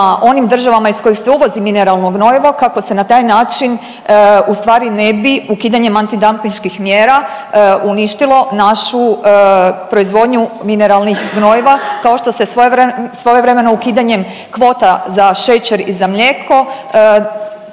onim državama iz kojih se uvozi mineralno gnojivo kako se na taj način ustvari ne bi ukidanjem antidampinških mjera uništilo našu proizvodnju mineralnih gnojiva kao što se svojevremeno ukidanjem kvota za šećer i za mlijeko